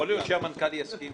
יכול להיות שהמנכ"ל יסכים